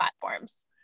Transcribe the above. platforms